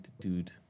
dude